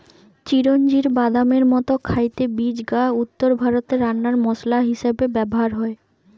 চিরোঞ্জির বাদামের মতো খাইতে বীজ গা উত্তরভারতে রান্নার মসলা হিসাবে ব্যভার হয়